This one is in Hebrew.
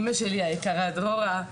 אימא שלי היקרה דרורה,